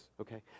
Okay